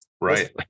Right